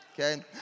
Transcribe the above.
Okay